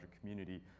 community